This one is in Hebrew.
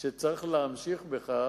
שצריך להמשיך בכך,